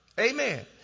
Amen